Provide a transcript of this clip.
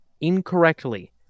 incorrectly